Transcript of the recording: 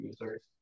users